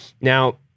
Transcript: now